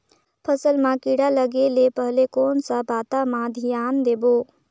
फसल मां किड़ा लगे ले पहले कोन सा बाता मां धियान देबो?